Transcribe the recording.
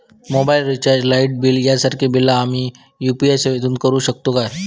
Mobile recharge, light bill यांसारखी बिला आम्ही यू.पी.आय सेवेतून करू शकतू काय?